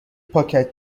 پاکت